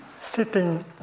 Sitting